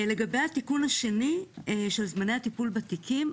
לגבי התיקון השני של זמני הטיפול בתיקים,